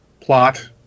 plot